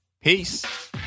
Peace